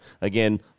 Again